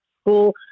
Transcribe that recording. school